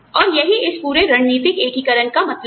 और यही इस पूरे रणनीतिक एकीकरण का मतलब है